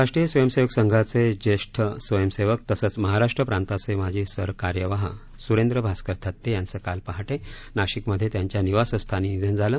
राष्ट्रीय स्वयंसेवक संघाचे ज्येष्ठ स्वयंसेवक तसच महाराष्ट्र प्रांताचे माजी सरकार्यवाह सुरेंद्र भास्कर थत्ते यांचं काल पहाटे नाशिकमध्ये त्यांच्या निवासस्थानी निधन झालं